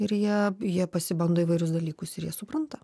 ir jei jie pasibando įvairius dalykus ir jie supranta